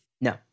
no